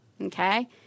Okay